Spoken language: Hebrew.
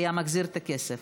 היה מחזיר את הכסף.